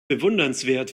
bewundernswert